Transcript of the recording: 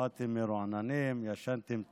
באתם רעננים, ישנתם טוב,